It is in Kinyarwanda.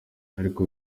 ariko